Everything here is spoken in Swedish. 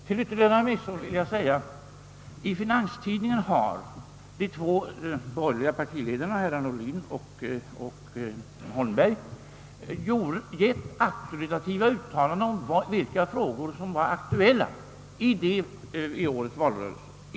Till yttermera visso vill jag erinra om att herrar Ohlin och Holmberg i Finanstidningen gjorde auktoritativa uttalanden inför väljarna om vilka frågor som var aktuella i årets valrörelse.